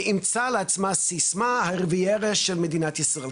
אימצה לעצמה סיסמה הריביירה של מדינת ישראל.